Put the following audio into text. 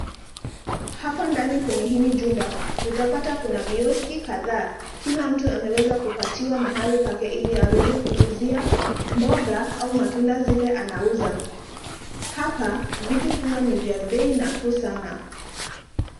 Hapa ndani kwenye hili jumba utapata kuna vioski kadhaa, kila mtu ameweza kupatiwa mahali pake ili aweze kuuzia mboga au matunda zile anauza, hapa vitu hua ni vya bei nafuu sana.